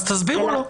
אז תסבירו לה.